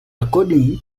according